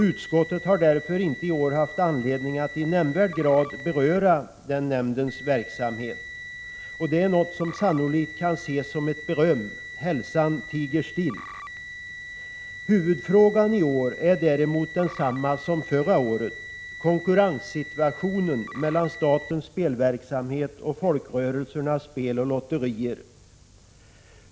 Utskottet har därför inte i år haft anledning att i nämnvärd grad beröra lotterinämndens verksamhet. Det kan sannolikt ses som ett beröm: Hälsan tiger still! Huvudfrågan i år är däremot densamma som förra året: konkurrenssituationen mellan statens spelverksamhet och folkrörelsernas spel och lotterier.